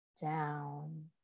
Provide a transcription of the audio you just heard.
down